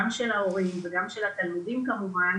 גם של ההורים וגם של התלמידים כמובן,